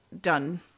done